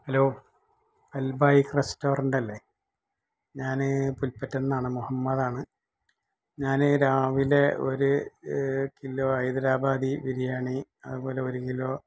hello Albaik റെസ്റ്റോറൻടല്ലേ ഞാന് പുൽപ്പറ്റയിൽ നിന്നാണ് മൊഹമ്മദാണ് ഞാന് രാവിലെ ഒര് കിലോ ഹൈദരാബാദി ബിരിയാണി അതുപോലെ ഒരു കിലോ